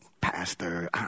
pastor